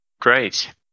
great